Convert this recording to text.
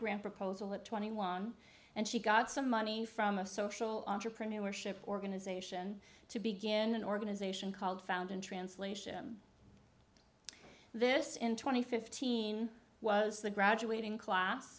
grant proposal at twenty one and she got some money from a social entrepreneurship organization to begin an organization called found in translation this in two thousand and fifteen was the graduating class